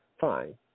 Fine